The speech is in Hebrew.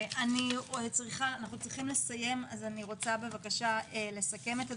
אני צריכים לסיים, אז אני רוצה לסכם את הדברים.